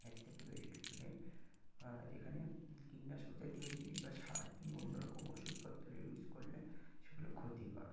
এর থেকে বেশি কিছু নেই আর এখানে কীটনাশক জাতীয় জিনিস বা সার তুমি অন্য রকম ওষুধপত্র ইউজ করলে সেগুলো ক্ষতিকর